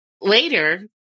later